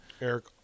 Eric